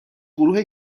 گروه